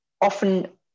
often